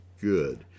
good